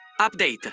Update